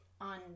on